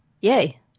Yay